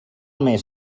més